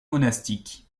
monastique